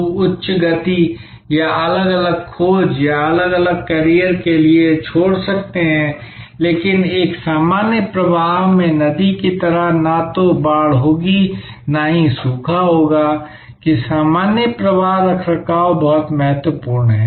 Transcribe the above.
लोग उच्च गति या अलग अलग खोज या अलग अलग करियर के लिए छोड़ सकते हैं लेकिन एक सामान्य प्रवाह में नदी की तरह न तो बाढ़ होगी और न ही सूखा होगा कि सामान्य प्रवाह रखरखाव बहुत महत्वपूर्ण है